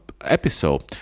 episode